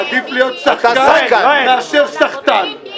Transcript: עדיף להיות שחקן מאשר סחטן.